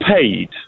paid